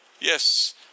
Yes